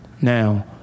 Now